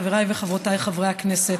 חבריי וחברותיי חברי הכנסת,